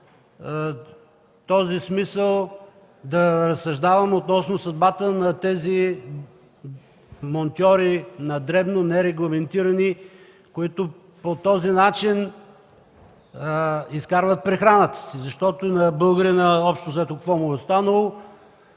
този смисъл да разсъждавам относно съдбата на тези монтьори на дребно – нерегламентирани, които по този начин изкарват прехраната си. На българина общо взето какво му е останало